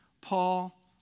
Paul